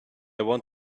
want